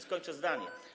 Skończę zdanie.